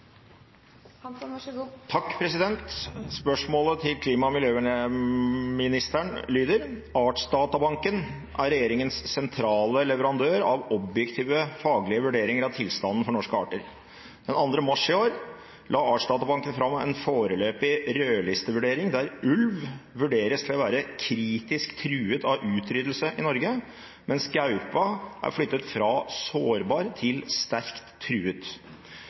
er taxfree en liten, men en viktig andel av satsingen. Spørsmålet til klima- og miljøministeren lyder: «Artsdatabanken er regjeringens leverandør av objektive vurderinger av tilstanden for norske arter. 2. mars d.å. la Artsdatabanken fram foreløpige rødlistevurderinger der ulven vurderes å være kritisk truet av utryddelse i Norge, mens gaupa går fra sårbar til sterkt truet.